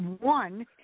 one